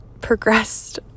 progressed